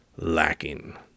lacking